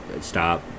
stop